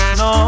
no